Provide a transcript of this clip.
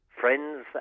friends